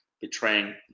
betraying